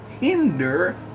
hinder